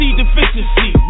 deficiency